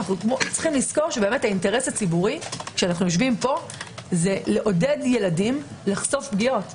יש לזכור שהאינטרס הציבורי הוא לעודד ילדים לחשוף פגיעות.